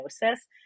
diagnosis